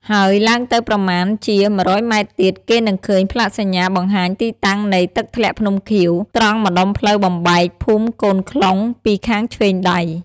ហើយឡើងទៅប្រមាណជា ១០០ម៉ែត្រទៀត គេនឹងឃើញផ្លាកសញ្ញាបង្ហាញទីតាំងនៃ«ទឹកធ្លាក់ភ្នំខៀវ» ត្រង់ម្ដុំផ្លូវបំបែកភូមិកូនខ្លុងពីខាងឆ្វេងដៃ ។